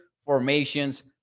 formations